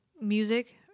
music